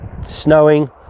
snowing